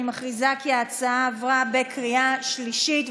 אני מכריזה כי ההצעה עברה בקריאה שלישית,